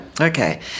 okay